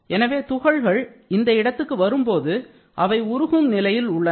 எனவே துகள்கள் இந்த இடத்துக்கு வரும்போது அவை உருகும் நிலையில் உள்ளன